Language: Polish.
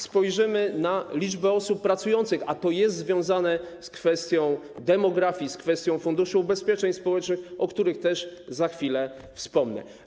Spójrzmy na liczbę osób pracujących, a to jest związane z kwestią demografii, z kwestią Funduszu Ubezpieczeń Społecznych, o których też za chwilę wspomnę.